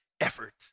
effort